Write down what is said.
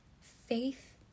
faith